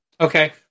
okay